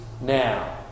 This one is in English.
now